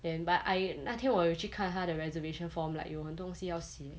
then but I 那天我有去看他的 reservation form like 有很多东西要写